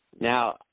Now